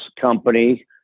company